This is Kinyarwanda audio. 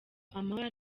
amahoro